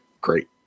great